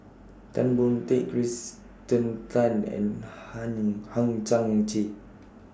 Tan Boon Teik Kirsten Tan and Hang Hang Chang Chieh